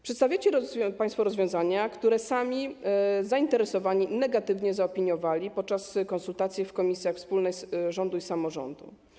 Przedstawiacie państwo rozwiązania, które sami zainteresowani negatywnie zaopiniowali podczas konsultacji w komisji wspólnej rządu i samorządu.